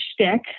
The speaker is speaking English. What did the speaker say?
shtick